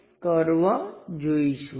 તેથી ચાલો આપણે તેને કાળજીપૂર્વક જોઈએ